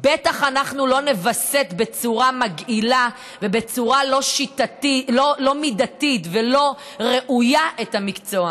בטח אנחנו לא נווסת בצורה מגעילה ובצורה לא מידתית ולא ראויה את המקצוע.